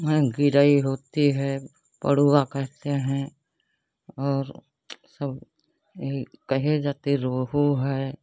और गिरई होती हैं पड़ुआ कहते हैं और सब यही कहे जाते रोहू है